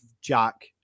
Jack